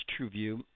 TrueView